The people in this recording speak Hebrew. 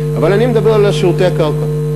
אבל אני מדבר על שירותי הקרקע,